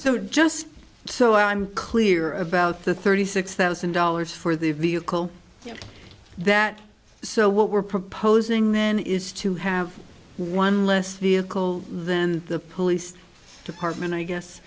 so just so i'm clear about the thirty six thousand dollars for the vehicle that so what we're proposing then is to have one less the then the police department i guess